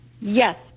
yes